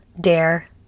dare